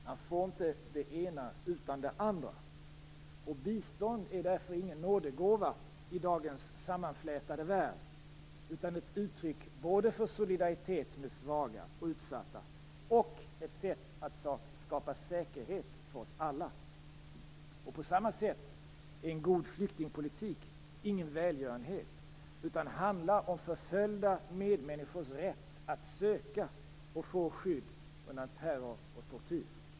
Man får inte det ena utan det andra. Biståndet är därför ingen nådegåva i dagens sammanflätade värld. Det är både ett uttryck för solidaritet med svaga och utsatta och ett sätt att skapa säkerhet för alla. På samma sätt är en god flyktingpolitik ingen välgörenhet. Det handlar om förföljda medmänniskors rätt att söka och få skydd undan terror och tortyr.